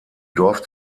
dorf